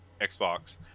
Xbox